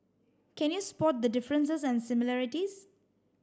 can you spot the differences and similarities